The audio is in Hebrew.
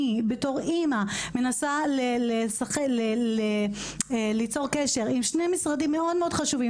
כאמא מנסה ליצור קשר עם שני משרדים מאוד חושבים,